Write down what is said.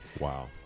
Wow